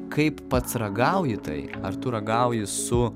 kaip pats ragauji tai ar tu ragauji su